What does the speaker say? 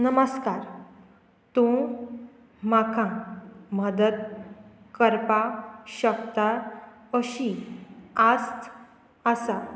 नमस्कार तूं म्हाका मदत करपाक शकता अशी आस्त आसा